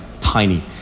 tiny